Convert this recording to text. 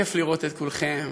כיף לראות את כולכם.